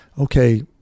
okay